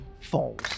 falls